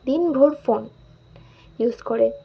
দিনভর phone use করে